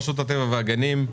רשות הטבע והגנים,